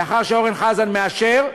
לאחר שאורן חזן מאשר,